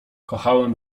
kochałem